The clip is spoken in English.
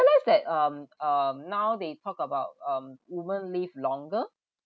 that um um now they talk about um women live longer